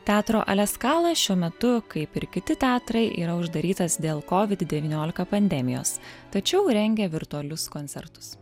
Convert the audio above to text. teatro aleskalo šiuo metu kaip ir kiti teatrai yra uždarytas dėl kovid devyniolika pandemijos tačiau rengia virtualius koncertus